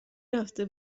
رفته